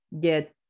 get